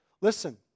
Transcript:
Listen